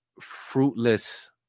fruitless